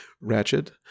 ratchet